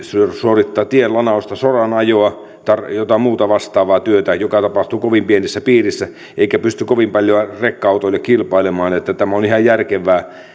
suorittaa tien lanausta soran ajoa tai jotain muuta vastaavaa työtä joka tapahtuu kovin pienessä piirissä eikä pysty kovin paljon rekka autojen kanssa kilpailemaan tämä on ihan järkevää